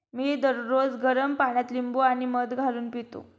मी दररोज गरम पाण्यात लिंबू आणि मध घालून पितो